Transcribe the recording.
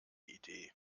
idee